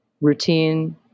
routine